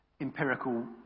empirical